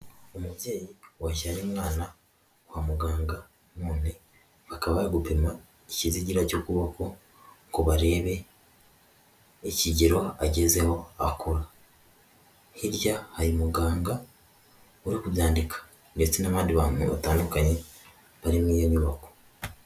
Umubyeyi wajyanye umwana wa muganga, none akaba ya gupima icyizigira cy'ukuboko ngo barebe ikigero agezeho akura, hirya muganga uri kubyandika ndetse n'abandi bantu batandukanye bari muri iyo nyubako.